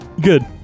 Good